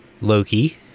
Loki